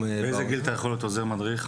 באיזה גיל אתה יכול להיות עוזר מדריך?